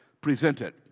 presented